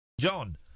John